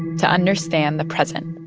to understand the present